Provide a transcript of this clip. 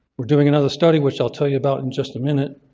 we're doing another study which i'll tell you about in just a minute.